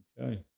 Okay